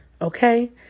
Okay